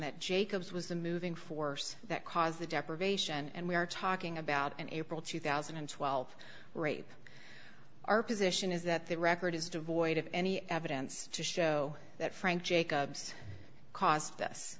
that jacobs was the moving force that caused the deprivation and we are talking about an april two thousand and twelve rape our position is that the record is devoid of any evidence to show that frank jacobs c